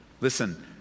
Listen